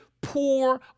poor